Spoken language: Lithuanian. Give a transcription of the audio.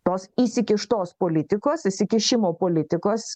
tos įsikištos politikos įsikišimo politikos